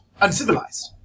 Uncivilized